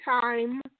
time